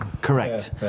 Correct